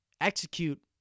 execute